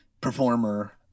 performer